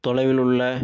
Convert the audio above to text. தொலைவில் உள்ள